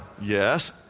Yes